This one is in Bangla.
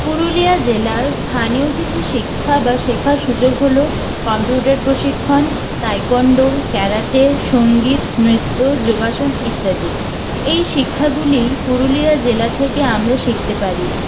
পুরুলিয়া জেলার স্থানীয় কিছু শিক্ষা বা শেখার সুযোগ হল কম্পিউটার প্রশিক্ষণ তাইকোন্ডো ক্যারাটে সঙ্গীত নৃত্য যোগাসন ইত্যাদি এই শিক্ষাগুলি পুরুলিয়া জেলা থেকে আমরা শিখতে পারি